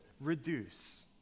Reduce